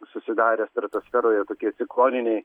susidarę stratosferoje tokie cikloniniai